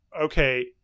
okay